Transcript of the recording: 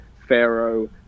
pharaoh